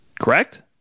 Correct